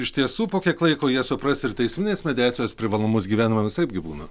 iš tiesų po kiek laiko jie supras ir teisminės mediacijos privalumus gyvenime visaip gi būna